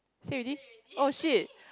say already oh shit